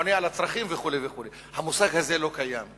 עונה על הצרכים וכו' וכו' המושג הזה לא קיים.